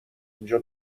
اینجا